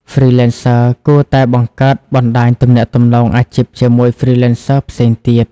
Freelancers គួរតែបង្កើតបណ្តាញទំនាក់ទំនងអាជីពជាមួយ Freelancers ផ្សេងទៀត។